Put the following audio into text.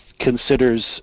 considers